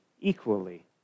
equally